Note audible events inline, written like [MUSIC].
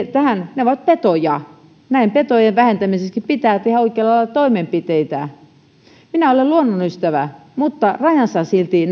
ne ovat petoja näiden petojen vähentämisessäkin pitää tehdä oikealla lailla toimenpiteitä minä olen luonnonystävä mutta rajansa silti [UNINTELLIGIBLE]